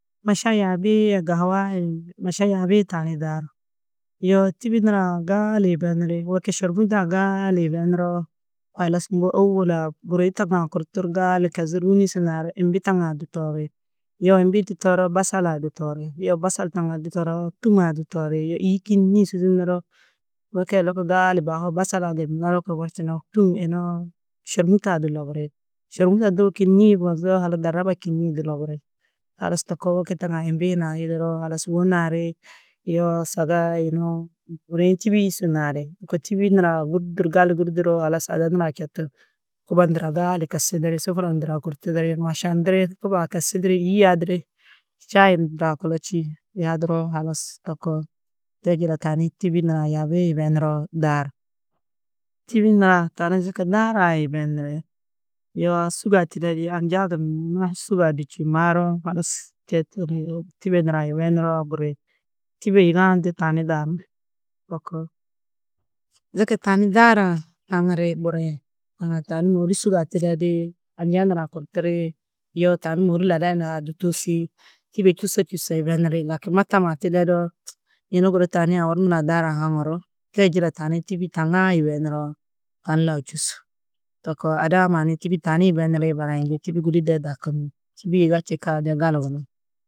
Maša yabii-ĩ yê gahuaa-ã yê maša yabii-ĩ tani daaru. Yoo tîbi nurã gaali yibeniri weke šarmûd-ã gaali yibenuroo halas mbo ôwol-ã guriĩ taŋa kûrturu gaali kezuru wûni-ĩ su naari, imbi taŋa du toori, yoo imbi-ĩ du tooroo basala-ã du toori, yoo basal taŋa du tooroo, tûma-ã du toori yo îyi kînnii su zûnnuroo wekee lôko gaali bahoo basala-ã gunna lôko morčunoo tûm yunuũ šarmût-ã du loburi. Šermût-ã du kînnii bozoo halas darraba kînnii du loburi. Halas to koo weke taŋa imbi hunã halas wô naari yoo saga yunuũ guriĩ tîbii-ĩ su naari. Lôko tîbi nurã gûrduru gaali gûrduroo halas ada nurã četu kubo ndurã gaali kesidiri, sufura ndurã kûrtuduri mašandiri kuba-ã kesidiri, yî yadiri, šahi ndurã kulo čî yaduroo halas to koo to jiladu tani tîbi nurã yaabii-ĩ yibenuroo daaru. Tîbi nurã tani zaga daarã yibeniri. Yoo sûgu-ã tidedi anja gunna sûgu-ã du čî maaroo halas tîbe nurã yibenuroo buri. Tîbe yigaa-ã de tani daarú to koo. Zaga tani daarã haŋiri buri, tani môori sûgu-ã tidedi anja nurã kûrturi yoo tani môori ladai nurã du tûsi, tîbe čûse čûse yibeniri. Lakîn mataamma tidedoo yunu guru tani owor nurã daarã haŋurú te jiladu tani tîbi taŋã yibenuroo, tani lau čûsu to koo. Ada-ã mannu tîbi tani yibenirĩ barayindi, tîbi gudi de dakurú. Tîbi yiga čîkã de gali gunú.